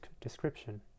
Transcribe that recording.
description